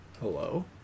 Hello